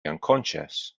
unconscious